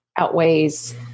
outweighs